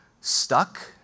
stuck